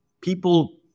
People